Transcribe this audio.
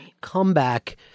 comeback